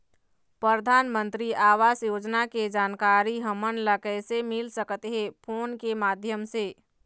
परधानमंतरी आवास योजना के जानकारी हमन ला कइसे मिल सकत हे, फोन के माध्यम से?